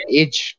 age